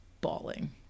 bawling